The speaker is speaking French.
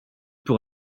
pour